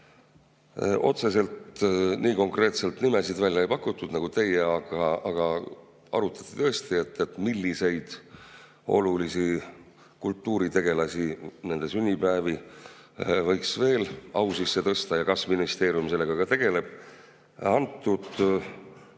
lugemist. Nii konkreetselt nimesid ei pakutud nagu teie, aga arutati tõesti, milliste oluliste kultuuritegelaste sünnipäevi võiks veel au sisse tõsta ja kas ministeerium sellega tegeleb. Antud